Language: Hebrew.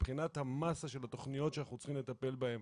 מבחינת המאסה של התכניות שאנחנו צריכים לטפל בהן,